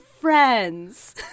friends